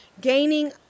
Gaining